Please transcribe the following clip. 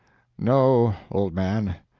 no, old man,